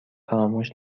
فراموش